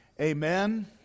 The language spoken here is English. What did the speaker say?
amen